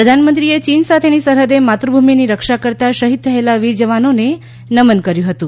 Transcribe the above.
પ્રધાનમંત્રીએ ચીન સાથેની સરહદે માતૃભૂમિની રક્ષા કરતાં શહીદ થયેલા વીર જવાનોને નમન કર્યું હતું